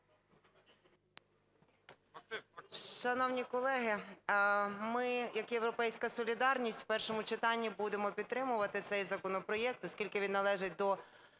Шановні колеги, ми як "Європейська солідарність" в першому читанні будемо підтримувати цей законопроект, оскільки він належить до